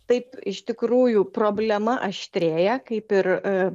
taip iš tikrųjų problema aštrėja kaip ir